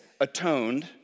atoned